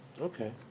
Okay